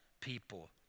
people